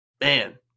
man